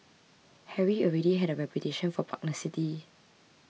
Harry already had a reputation for pugnacity